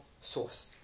source